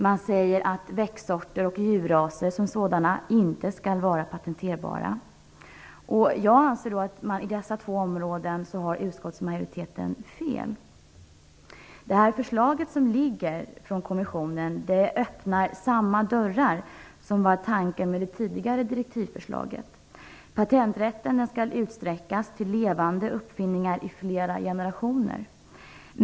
Man säger att växtsorter och djurraser som sådana inte skall vara patenterbara. Jag anser att utskottsmajoriteten har fel på dessa två punkter. Det förslag från kommissionen som föreligger öppnar samma dörrar som var tanken med det tidigare direktivförslaget. Patenträtterna skall utsträckas till levande uppfinningar i flera generationer.